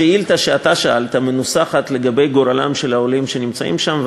השאילתה שאתה שאלת מנוסחת לגבי גורלם של העולים שנמצאים שם,